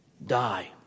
die